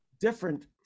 different